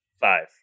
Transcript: Five